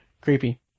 creepy